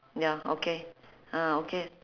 ya okay ah okay